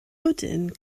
bwdin